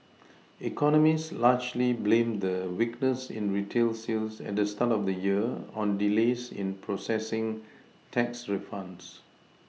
economists largely blame the weakness in retail sales at the start of the year on delays in processing tax refunds